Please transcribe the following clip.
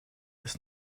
ist